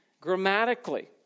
grammatically